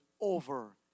over